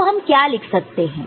तो हम क्या लिख सकते हैं